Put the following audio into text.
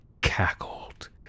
cackled